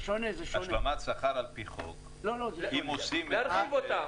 השלמת שכר על פי חוק --- להרחיב אותה.